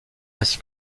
ainsi